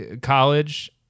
college